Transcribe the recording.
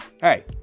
hey